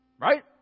Right